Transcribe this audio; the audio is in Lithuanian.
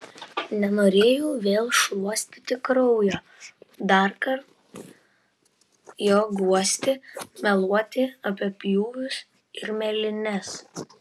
nenorėjau vėl šluostyti kraujo darkart jo guosti meluoti apie pjūvius ir mėlynes